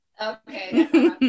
Okay